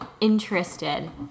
interested